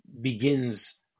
begins